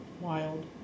Wild